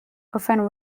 often